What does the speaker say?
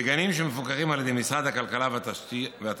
"בגנים שמפוקחים על ידי משרד הכלכלה והתעשייה